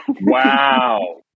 Wow